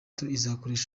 izakorera